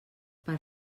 per